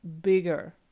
bigger